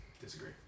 Disagree